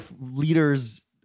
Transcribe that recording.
leaders